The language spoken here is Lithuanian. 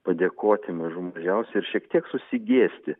padėkoti mažų mažiausiai ir šiek tiek susigėsti